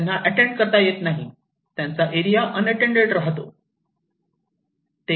त्यांना अटेंड करता येत नाही त्यांचा एरिया अनअटेंडेंट राहतो